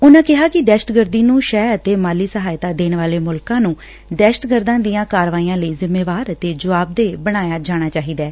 ਉਨਾਂ ਕਿਹਾ ਕਿ ਦਹਿਸ਼ਤਗਰਦੀ ਨੂੰ ਸ਼ਹਿ ਅਤੇ ਮਾਲੀ ਸਹਾਇਤਾ ਦੇਣ ਵਾਲੇ ਮੁਲਕਾਂ ਨੂੰ ਦਹਿਸ਼ਤਗਰਦਾਂ ਦੀਆਂ ਕਾਰਵਾਈਆਂ ਲਈ ਜਿਮੇਵਾਰ ਅਤੇ ਜੁਆਬਦੇਹ ਬਣਾਇਆ ਜਾਣਾ ਚਾਹੀਦੈ